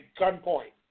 gunpoint